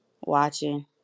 watching